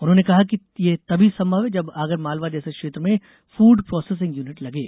उन्होंने कहा कि यह तभी संभव है जब आगरमालवा जैसे क्षैत्र में फूड प्रोसेसिंग यूनिट लगे